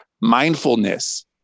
mindfulness